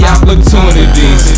Opportunities